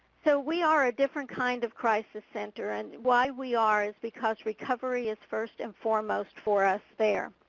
so we are a different kind of crisis center, and why we are, is because recovery is first and foremost for us there.